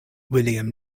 william